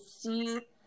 see